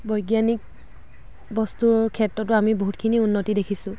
বৈজ্ঞানিক বস্তুৰ ক্ষেত্ৰটো আমি বহুতখিনি উন্নতি দেখিছোঁ